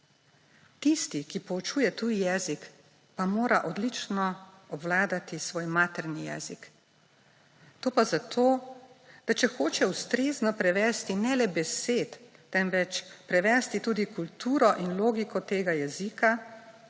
Tisti, ki poučuje tuji jezik, pa mora odlično obvladati svoj materni jezik, to pa zato, da če hoče ustrezno prevesti ne le besed, temveč prevesti tudi kulturo in logiko tega jezika,